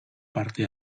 parte